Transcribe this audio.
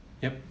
yup